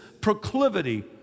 proclivity